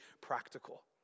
practical